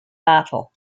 battle